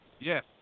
Yes